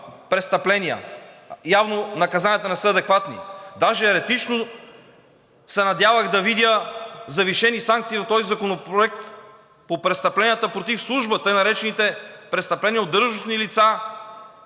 престъпления. Явно наказанията не са адекватни. Даже еретично се надявах да видя завишени санкции в този законопроект по престъпленията против служба, тъй наречените престъпления от длъжностни лица,